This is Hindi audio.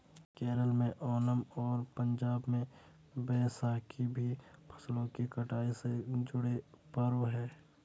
केरल में ओनम और पंजाब में बैसाखी भी फसलों की कटाई से जुड़े पर्व हैं